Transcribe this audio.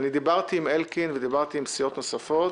אני דיברתי עם חבר הכנסת אלקין ועם סיעות נוספות